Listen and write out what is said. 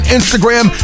Instagram